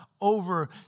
over